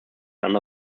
under